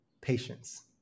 patience